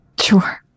sure